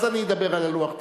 ואז אני אדבר על לוח התיקונים,